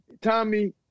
Tommy